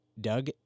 Doug